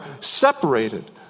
separated